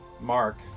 Mark